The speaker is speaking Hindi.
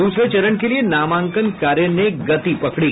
दूसरे चरण के लिए नामांकन कार्य ने गति पकड़ी